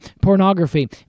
pornography